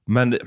Men